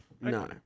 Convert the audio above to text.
No